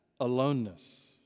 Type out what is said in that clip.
aloneness